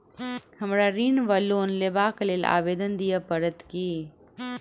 हमरा ऋण वा लोन लेबाक लेल आवेदन दिय पड़त की?